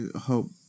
hope